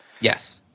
Yes